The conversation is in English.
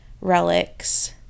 relics